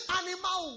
animal